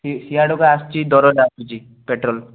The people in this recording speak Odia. ସି ସିଆଡ଼ୁ ବା ଆସୁଛି ଦରଟା ଆସୁଛି ପେଟ୍ରୋଲ୍